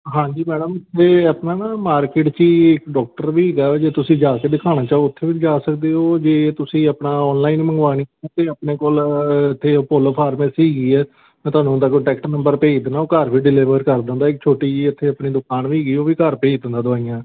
ਹਾਂਜੀ ਮੈਡਮ ਅਤੇ ਆਪਣਾ ਨਾ ਮਾਰਕੀਟ 'ਚ ਹੀ ਡੋਕਟਰ ਵੀ ਹੈਗਾ ਜੇ ਤੁਸੀਂ ਜਾ ਕੇ ਦਿਖਾਉਣਾ ਚਾਹੋ ਉੱਥੇ ਵੀ ਜਾ ਸਕਦੇ ਹੋ ਜੇ ਤੁਸੀਂ ਆਪਣਾ ਔਨਲਾਈਨ ਮੰਗਵਾਉਣੀ ਤਾਂ ਆਪਣੇ ਕੋਲ ਇੱਥੇ ਅਭੁੱਲ ਫਾਰਮੈਸੀ ਹੈਗੀ ਆ ਮੈਂ ਤੁਹਾਨੂੰ ਉਹਨਾ ਦਾ ਕੋਂਟੈਕਟ ਨੰਬਰ ਭੇਜ ਦਿੰਦਾ ਉਹ ਘਰ ਵੀ ਡਿਲੀਵਰ ਕਰ ਦਿੰਦਾ ਇੱਕ ਛੋਟੀ ਜਿਹੀ ਇੱਥੇ ਆਪਣੇ ਦੁਕਾਨ ਵੀ ਹੈਗੀ ਉਹ ਵੀ ਘਰ ਭੇਜ ਦਿੰਦਾ ਦਵਾਈਆਂ